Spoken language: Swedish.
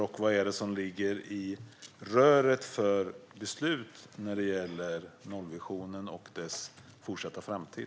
Och vad är det som ligger i röret för beslut när det gäller nollvisionen och dess fortsatta framtid?